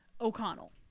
O'Connell